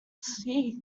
see